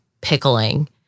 pickling